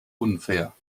unfair